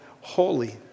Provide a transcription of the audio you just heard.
holy